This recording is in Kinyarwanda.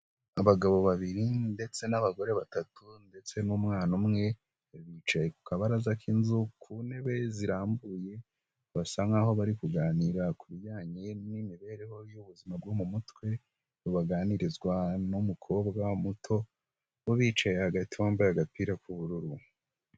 Abagabo babiri ndetse n'abagore batatu ndetse n'umwana umwe bicaye ku kabaraza k'inzu, ku ntebe zirambuye, basa nk'aho bari kuganira ku bijyanye n'imibereho y'ubuzima bwo mu mutwe, baganirizwa n'umukobwa muto, bo bicaye hagati, wambaye agapira k'ubururu.